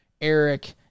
eric